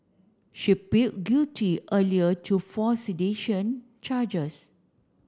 she build guilty earlier to four sedition charges